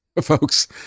folks